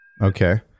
Okay